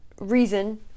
Reason